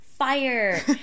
fire